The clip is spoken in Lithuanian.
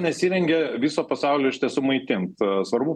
nesirengia viso pasaulio iš tiesų maitinti svarbu